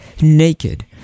naked